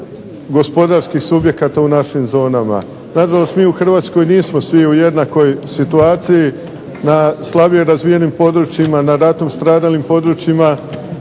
gospodarskih subjekata u našim zonama. Na žalost mi u Hrvatskoj nismo svi u jednakoj situaciji, na slabije razvijenim područjima, na ratom stradalim područjima